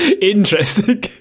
interesting